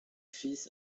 fils